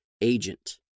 agent